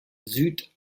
süd